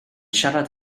siarad